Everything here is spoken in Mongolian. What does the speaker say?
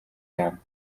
яам